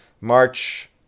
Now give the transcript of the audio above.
march